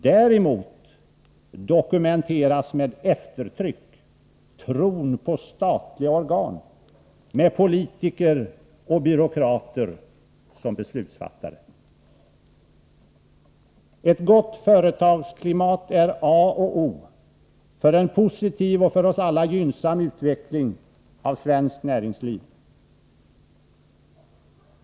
Däremot dokumenteras med eftertryck tron på statliga organ med politiker och byråkrater som beslutsfattare. Ett gott företagsklimat är A och O för en positiv och för oss alla gynnsam utveckling av svenskt näringsliv.